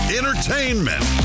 entertainment